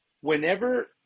whenever